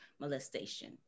molestation